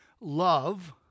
love